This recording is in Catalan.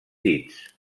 dits